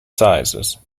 sizes